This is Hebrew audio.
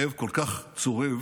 הכאב כל כך צורב,